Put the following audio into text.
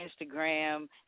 Instagram